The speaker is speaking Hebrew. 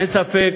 אין ספק